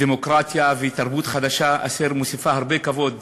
דמוקרטיה ותרבות חדשה, אשר מוסיפה הרבה כבוד